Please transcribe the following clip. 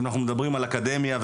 אנחנו מדברים על אקדמיה,